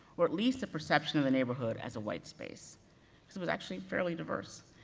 or at least the perception of the neighborhood as a white space, cause it was actually fairly diverse.